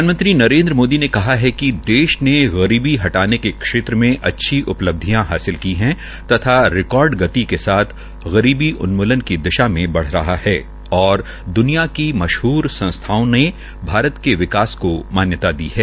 प्रधानमंत्री नरेन्द्र मोदी ने कहा है कि देश ने गरीबी हटाने के क्षेत्र में अच्छी उपलब्धियां हासिल की है तथा रिकार्ड गति के साथ गरीबी उन्मुलन की दिशा में बढ़ रहा है और दनिया की मशहर संस्थाओं ने भारत के विकास को मान्यता दी है